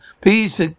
Please